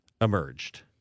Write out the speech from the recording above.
emerged